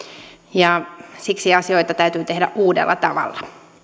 ja siksi asioita täytyy tehdä uudella tavalla